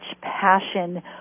passion